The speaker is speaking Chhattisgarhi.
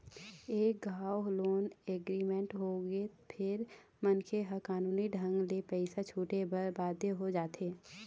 एक घांव लोन एग्रीमेंट होगे फेर मनखे ह कानूनी ढंग ले पइसा छूटे बर बाध्य हो जाथे